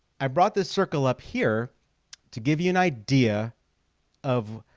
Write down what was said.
i brought this circle up here to give you an idea of